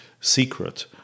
secret